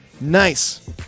Nice